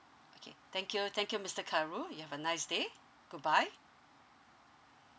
okay thank you thank you mister khairul you have a nice day good bye